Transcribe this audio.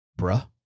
Bruh